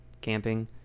camping